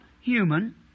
human